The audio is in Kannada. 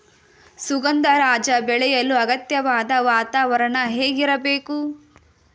ಸುಗಂಧರಾಜ ಬೆಳೆಯಲು ಅಗತ್ಯವಾದ ವಾತಾವರಣ ಹೇಗಿರಬೇಕು?